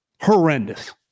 Horrendous